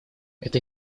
эта